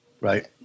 right